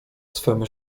swem